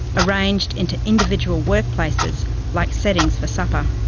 arranged into individual workplaces like settings for supper,